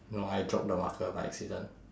no I drop the marker by accident